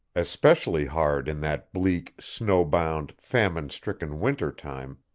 especially hard in that bleak, snow-bound, famine-stricken winter-time,